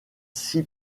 six